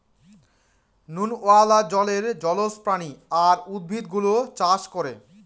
নুনওয়ালা জলে জলজ প্রাণী আর উদ্ভিদ গুলো চাষ করে